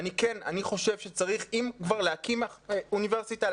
אני חושב שאם כבר להקים אוניברסיטה,